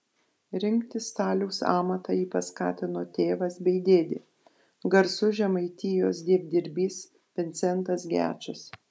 rinktis staliaus amatą jį paskatino tėvas bei dėdė garsus žemaitijos dievdirbys vincentas gečas